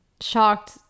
shocked